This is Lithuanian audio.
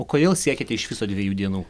o kodėl siekiate iš viso dviejų dienų